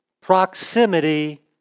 Proximity